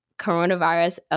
coronavirus